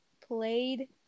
played